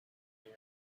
near